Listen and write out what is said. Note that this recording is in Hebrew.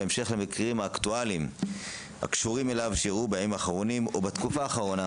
בהמשך למקרים האקטואליים שאירעו בתקופה האחרונה